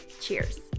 Cheers